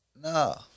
No